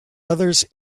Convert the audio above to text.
others